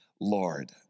Lord